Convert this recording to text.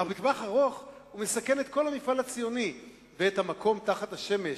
אך בטווח ארוך הוא מסכן את כל המפעל הציוני ואת ה"מקום תחת השמש"